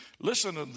Listen